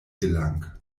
gelang